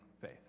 faith